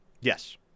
Yes